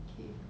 K